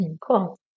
Cool